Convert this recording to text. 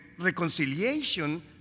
reconciliation